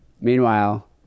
Meanwhile